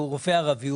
הוא רופא ערבי.